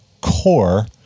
core